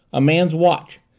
a man's watch.